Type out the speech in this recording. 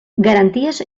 garanties